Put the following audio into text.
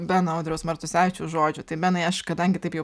beno audriaus martusevičiaus žodžių tai benai aš kadangi taip jau